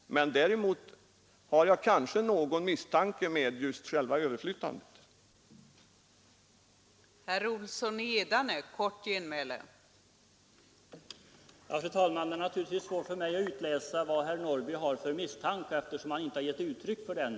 Men jag har kanske en liten misstanke mot varför överflyttandet skall ske just nu.